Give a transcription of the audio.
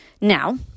now